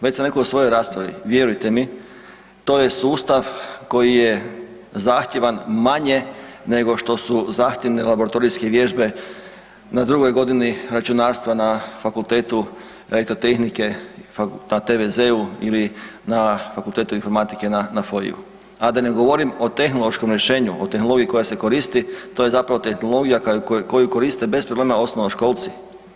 Već sam rekao u svojoj raspravi, vjerujte mi to je sustav koji je zahtjevan manje nego što su zahtjevne laboratorijske vježbe na drugoj godini računarstva na FER-u, na TVZ-u ili na Fakultet informatike na …, a da ne govorim o tehnološkom rješenju o tehnologiji koja se koristi, to je zapravo tehnologija koju koriste bez problema osnovnoškolci.